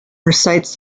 recites